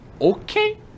okay